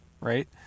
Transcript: right